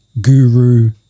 Guru